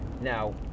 Now